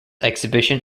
exposition